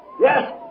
Yes